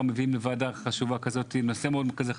מביאים לוועדה חשובה כזאת נושא כזה חשוב.